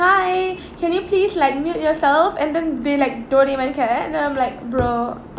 hi can you please like mute yourself and then they like don't even care and I'm like bro what